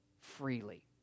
freely